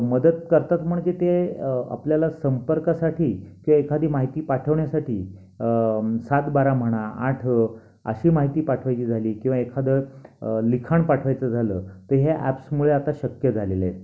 मदत करतात म्हणजे ते आपल्याला संपर्कासाठी किवा एखादी माहिती पाठविण्यासाठी सात बारा म्हणा आठ अशी माहिती पाठवायची झाली किंवा एखादं लिखाण पाठवायचं झालं तर हे ॲप्समुळे आता शक्य झालेलं आहे